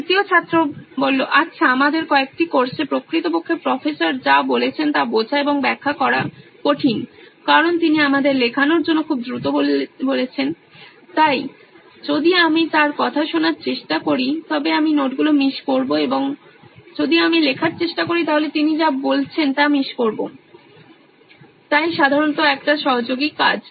দ্বিতীয় ছাত্র আচ্ছা আমাদের কয়েকটি কোর্সে প্রকৃতপক্ষে প্রফেসর যা বলছেন তা বোঝা এবং ব্যাখ্যা করা কঠিন কারণ তিনি আমাদের লেখানোর জন্য খুব দ্রুত বলছেন তাই যদি আমি তার কথা শোনার চেষ্টা করি তবে আমি নোটগুলি মিস করব এবং যদি আমি লেখার চেষ্টা করি তাহলে তিনি যা বলছেন তা মিস করবো তাই সাধারণত একটি সহযোগী কাজ